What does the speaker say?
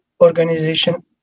organization